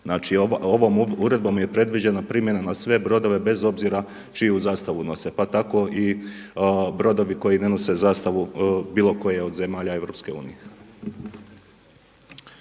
Znači, ovom uredbom je predviđena primjena na sve brodove bez obzira čiju zastavu nose, pa tako i brodovi koji ne nose zastavu bilo koje od zemalja Europske unije.